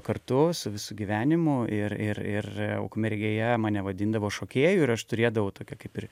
kartu su visu gyvenimu ir ir ir ukmergėje mane vadindavo šokėju ir aš turėdavau tokią kaip ir